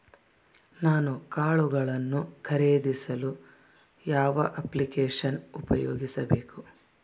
ನಾನು ಕಾಳುಗಳನ್ನು ಖರೇದಿಸಲು ಯಾವ ಅಪ್ಲಿಕೇಶನ್ ಉಪಯೋಗಿಸಬೇಕು?